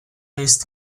jest